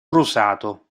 rosato